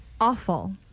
awful